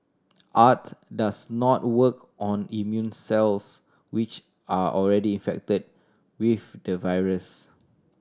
art does not work on immune cells which are already infected with the virus